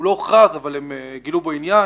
הם גילו בו עניין